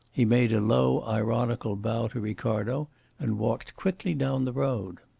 he made a low, ironical bow to ricardo and walked quickly down the road.